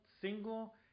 single